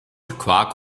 quark